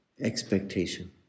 expectation